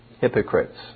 hypocrites